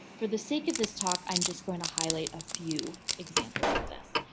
for the sake of this talk i'm just going to highlight a few examples of this.